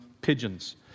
pigeons